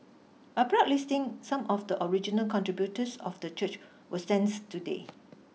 a plaque listing some of the original contributors of the church will stands today